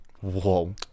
Whoa